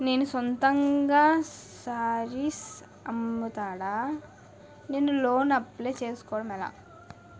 నేను సొంతంగా శారీస్ అమ్ముతాడ, నేను లోన్ అప్లయ్ చేసుకోవడం ఎలా?